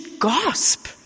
gasp